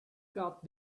got